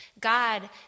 God